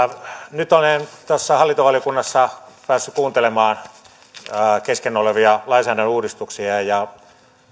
nyt olemme hallintovaliokunnassa päässeet kuulemaan kesken olevista lainsäädännön uudistuksista ja